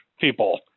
people